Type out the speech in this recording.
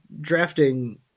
drafting